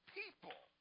people